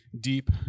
deep